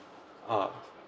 uh